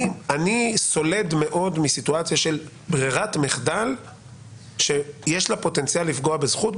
אני סולד מאוד מסיטואציה של ברירת מחדל שיש לה פוטנציאל לפגוע בזכות,